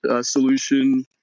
solution